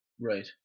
Right